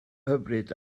hyfryd